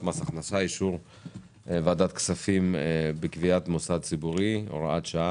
מס הכנסה (אישור ועדת הכספים בקביעת מוסד ציבורי) (הוראת שעה),